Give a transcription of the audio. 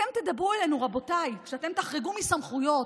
אתם תדברו אלינו, רבותיי, כשאתם תחרגו מסמכויות,